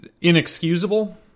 inexcusable